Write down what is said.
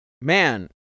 Man